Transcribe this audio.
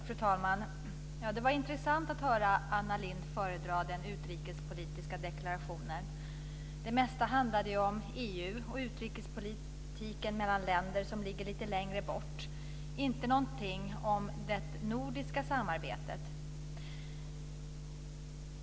Fru talman! Det var intressant att höra Anna Lindh föredra den utrikespolitiska deklarationen. Det mesta handlade om EU och utrikespolitiken mellan länder som ligger lite längre bort. Det fanns inte någonting om det nordiska samarbetet.